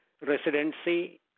residency